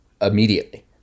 immediately